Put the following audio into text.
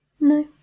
No